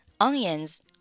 onions